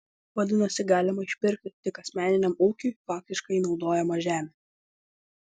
vadinasi galima išpirkti tik asmeniniam ūkiui faktiškai naudojamą žemę